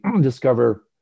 discover